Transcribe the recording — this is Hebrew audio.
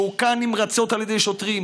שהוכה נמרצות על ידי שוטרים,